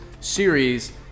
series